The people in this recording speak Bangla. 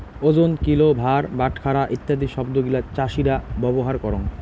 ওজন, কিলো, ভার, বাটখারা ইত্যাদি শব্দ গিলা চাষীরা ব্যবহার করঙ